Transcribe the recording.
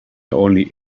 only